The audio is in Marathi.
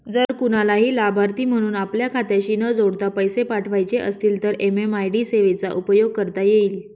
जर कुणालाही लाभार्थी म्हणून आपल्या खात्याशी न जोडता पैसे पाठवायचे असतील तर एम.एम.आय.डी सेवेचा उपयोग करता येईल